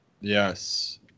Yes